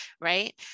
right